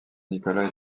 nicolas